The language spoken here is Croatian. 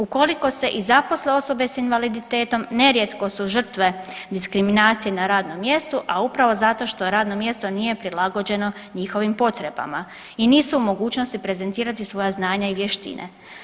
Ukoliko se i zaposle osobe sa invaliditetom nerijetko su žrtve diskriminacije na radnom mjestu, a upravo zato što radno mjesto nije prilagođeno njihovih potrebama i nisu u mogućnosti prezentirati svoja znanja i vještine.